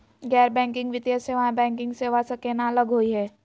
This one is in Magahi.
गैर बैंकिंग वित्तीय सेवाएं, बैंकिंग सेवा स केना अलग होई हे?